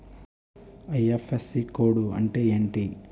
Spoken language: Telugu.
ఐ.ఫ్.ఎస్.సి కోడ్ అంటే ఏంటి?